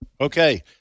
okay